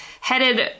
headed